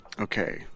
Okay